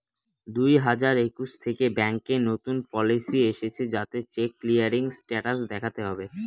দুই হাজার একুশ থেকে ব্যাঙ্কে নতুন পলিসি এসেছে যাতে চেক ক্লিয়ারিং স্টেটাস দেখাতে হবে